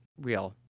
real